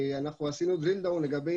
ראינו שלפי